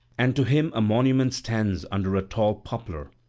and to him a monument stands under a tall poplar,